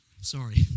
Sorry